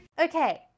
Okay